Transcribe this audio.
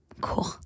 Cool